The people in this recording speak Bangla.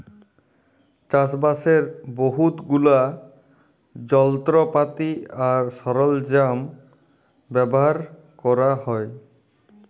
চাষবাসের বহুত গুলা যলত্রপাতি আর সরল্জাম ব্যাভার ক্যরা হ্যয়